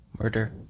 Murder